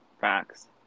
facts